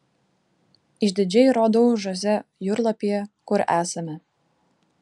išdidžiai rodau žoze jūrlapyje kur esame